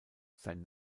sein